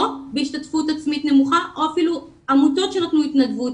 בהשתתפות עצמית נמוכה או אפילו עמותות התנדבות.